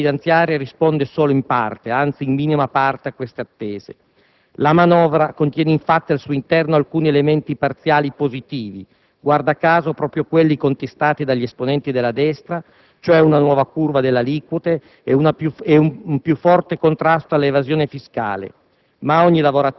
Purtroppo, la finanziaria risponde solo in minima parte a queste attese. La manovra contiene infatti al suo interno alcuni parziali elementi positivi - guarda caso proprio quelli contestati dagli esponenti della destra - cioè una nuova curva delle aliquote e un più forte contrasto all'evasione fiscale,